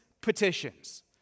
petitions